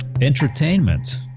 entertainment